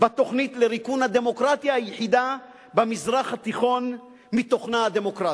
בתוכנית לריקון הדמוקרטיה היחידה במזרח התיכון מתוכנה הדמוקרטי.